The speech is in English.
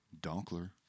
donkler